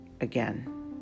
again